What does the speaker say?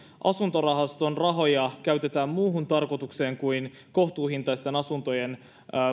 asuntorahaston rahoja käytetään muun tarkoitukseen kuin kohtuuhintaisten asuntojen